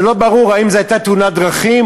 ולא ברור אם זו הייתה תאונת דרכים,